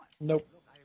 Nope